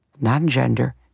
non-gender